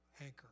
anchor